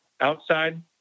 outside